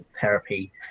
therapy